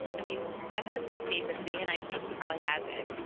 i mean, my husband stayed with me and i think he probably has it.